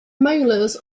molars